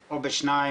הישראלי.